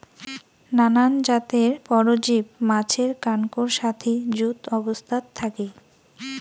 নানান জাতের পরজীব মাছের কানকোর সাথি যুত অবস্থাত থাকি